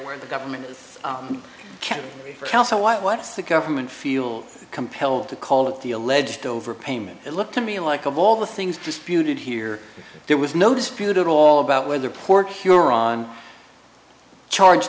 where the government can't tell so why what's the government feel compelled to call it the alleged overpayment it looked to me like of all the things disputed here there was no dispute at all about whether port huron charge